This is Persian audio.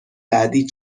بعدی